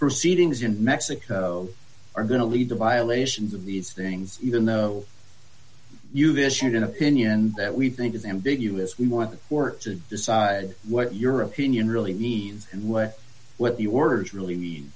proceedings in mexico are going to lead to violations of these things even though you've issued an opinion that we think is ambiguous we want to work to decide what your opinion really needs and what what the orders really